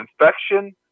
infection